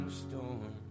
storm